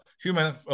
human